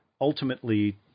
Ultimately